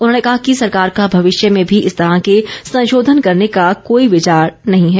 उन्होंने कहा कि सरकार का भविष्य में भी इस तरह के संशोधन करने का कोई विचार नहीं है